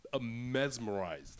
mesmerized